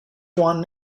one